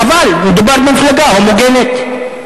חבל, מדובר במפלגה הומוגנית.